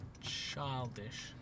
Childish